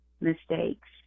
mistakes